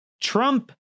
Trump